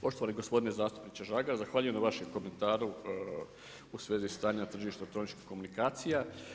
Poštovani gospodine zastupniče Žagar, zahvaljujem na vašem komentaru u svezi stanja tržišta elektroničkih komunikacija.